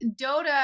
Dota